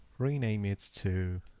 rename it to